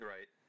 Right